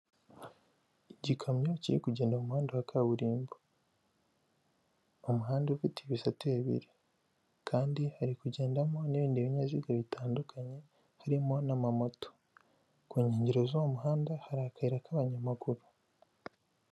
Igikamyo kiri kugenda mu muhanda wa kaburimbo mu muhanda ufite ibisate bibiri kandi hari kugendamo n'ibindi binyabiziga bitandukanye, harimo n'amamoto ku nkengero z'uwo muhanda hari akayira k'abanyamaguru.